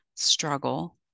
struggle